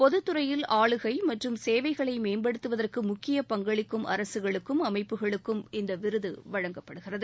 பொது துறையில் ஆளுகை மற்றும் சேவைகளை மேம்படுத்துவதற்கு முக்கிய பங்களிக்கும் அரசுகளுக்கும் அமைப்புகளுக்கும் இந்த விருது வழங்கப்படுகிறது